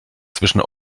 zwischen